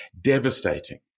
Devastating